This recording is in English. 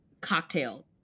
cocktails